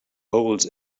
holes